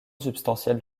substantielle